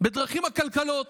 בדרכים עקלקלות.